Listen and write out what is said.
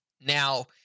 Now